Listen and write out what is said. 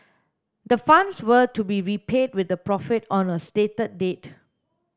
the funds were to be repaid with a profit on a stated date